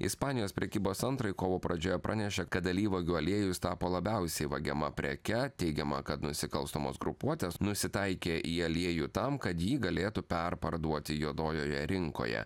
ispanijos prekybos centrai kovo pradžioje pranešė kad alyvuogių aliejus tapo labiausiai vagiama preke teigiama kad nusikalstamos grupuotės nusitaikė į aliejų tam kad jį galėtų perparduoti juodojoje rinkoje